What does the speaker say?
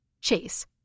Chase